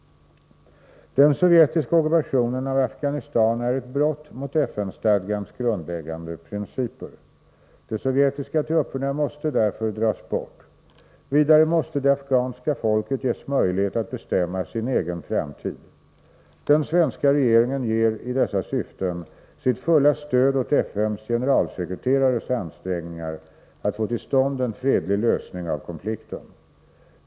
Den sovjetiska ockupationen av Afghanistan är ett brott mot FN-stadgans grundläggande principer. De sovjetiska trupperna måste därför dras bort. Vidare måste det afghanska folket ges möjlighet att bestämma sin egen framtid. Den svenska regeringen ger i dessa syften sitt fulla stöd åt FN:s generalsekreterares ansträngningar att få till stånd en fredlig lösning av konflikten.